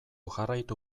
jarraitu